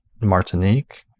Martinique